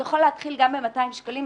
יכול להתחיל גם ב-200 שקלים.